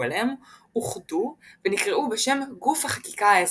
אליהם אוחדו ונקראו בשם "גוף החקיקה האזרחית",